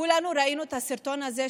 כולנו ראינו את הסרטון הזה,